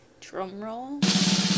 drumroll